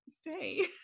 stay